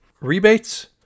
Rebates